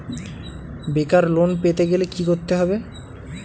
বেকার লোন পেতে গেলে কি করতে হবে?